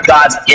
God's